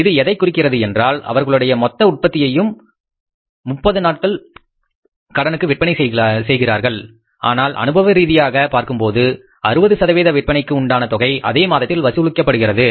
இது எதைக் குறிக்கிறது என்றால் அவர்களுடைய மொத்த உற்பத்தியையும் 30 நாள் கடனுக்கு விற்பனை செய்கின்றார்கள் ஆனால் அனுபவ ரீதியாக பார்க்கும்போது 60 சதவீத விற்பனைக்கு உண்டான தொகை அதே மாதத்தில் வசூலிக்கப்படுகிறது